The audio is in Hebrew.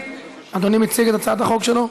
אדוני מציג את הצעת החוק שלו?